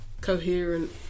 coherent